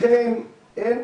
לכן אין